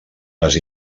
les